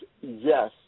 yes